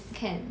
can